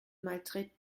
maltraite